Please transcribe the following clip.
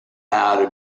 how